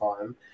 time